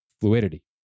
Fluidity